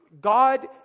God